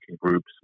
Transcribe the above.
groups